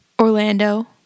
Orlando